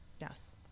Yes